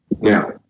now